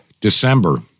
December